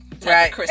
Right